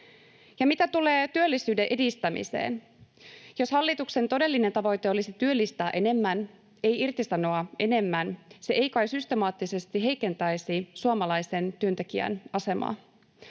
Ja mitä tulee työllisyyden edistämiseen, niin jos hallituksen todellinen tavoite olisi työllistää enemmän, ei irtisanoa enemmän, se ei kai systemaattisesti heikentäisi suomalaisen työntekijän asemaa.